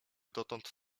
dotąd